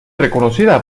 reconocida